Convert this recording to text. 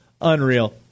Unreal